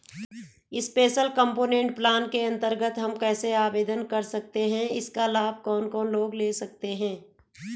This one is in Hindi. स्पेशल कम्पोनेंट प्लान के अन्तर्गत हम कैसे आवेदन कर सकते हैं इसका लाभ कौन कौन लोग ले सकते हैं?